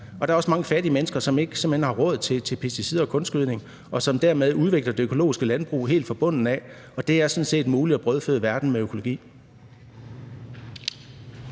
og der er også mange fattige mennesker, som simpelt hen ikke har råd til pesticider og kunstgødning, og som dermed udvikler det økologiske landbrug helt fra bunden af. Det er sådan set muligt at brødføde verden med økologi.